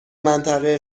منطقه